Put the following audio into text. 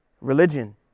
Religion